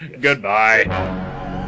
Goodbye